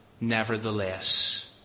nevertheless